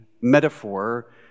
metaphor